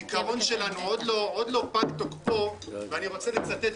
עוד לא פג תוקף הזיכרון שלנו